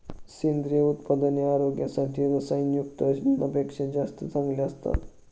सेंद्रिय उत्पादने आरोग्यासाठी रसायनयुक्त अन्नापेक्षा जास्त चांगली असतात